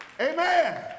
Amen